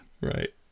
Right